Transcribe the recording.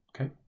Okay